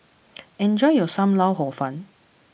enjoy your Sam Lau Hor Fun